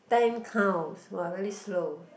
ten counts !wah! very slow